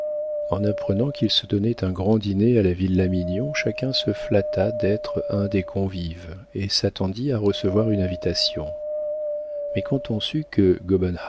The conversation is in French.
en apprenant qu'il se donnait un grand dîner à la villa mignon chacun se flatta d'être un des convives et s'attendit à recevoir une invitation mais quand on sut que